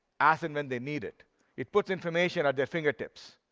as and when they need it it puts information at their fingertips.